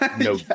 No